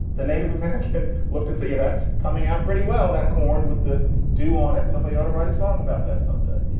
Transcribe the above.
the native american looked and say, yeah, that's coming out pretty well, that corn with the dew on it. somebody ought to write a song about that someday.